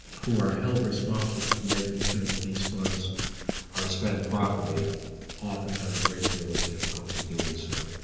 who are held responsible for making sure that these funds are spent properly often have a great deal of difficulty doing so.